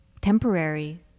temporary